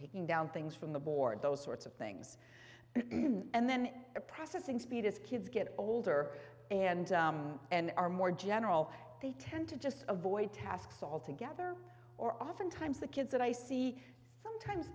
taking down things from the board those sorts of things and then the processing speed as kids get older and and are more general they tend to just avoid tasks altogether or oftentimes the kids that i see sometimes